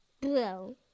Blue